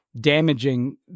damaging